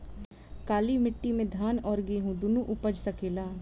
काली माटी मे धान और गेंहू दुनो उपज सकेला?